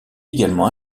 également